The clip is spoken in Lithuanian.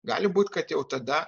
gali būt kad jau tada